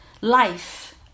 life